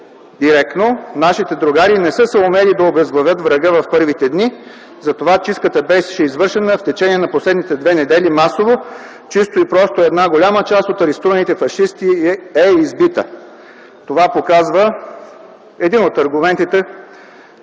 директно: „Нашите другари не са съумели да обезглавят врага в първите дни, затова чистката беше извършена в течение на последните две недели масово, чисто и просто една голяма част от арестуваните фашисти е избита.” Това показва един от аргументите,